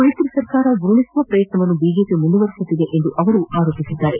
ಮೈತ್ರಿ ಸರ್ಕಾರ ಉರುಳಿಸುವ ಪ್ರಯತ್ನವನ್ನು ಬಿಜೆಪಿ ಮುಂದುವರೆಸಿದೆ ಎಂದು ಅವರು ಆರೋಪಿಸಿದ್ದಾರೆ